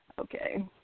okay